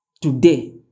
Today